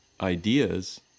ideas